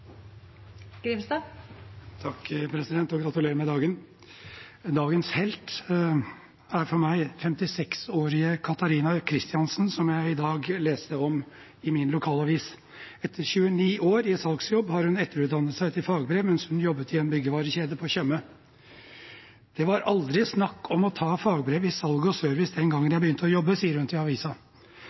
for meg 56-årige Catarina Kristiansen, som jeg i dag leste om i min lokalavis. Etter 29 år i salgsjobb har hun etterutdannet seg til fagbrev mens hun jobbet i en byggevarekjede på Tjøme. Til avisen sier hun at det aldri var snakk om å ta fagbrev i salg og service den gangen hun begynte å jobbe.